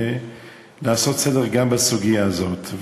ולעשות סדר גם בסוגיה הזאת.